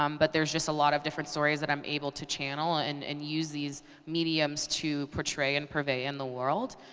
um but there's just a lot of different stories that i'm able to channel and and use these mediums to portray and purvey in the world.